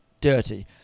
dirty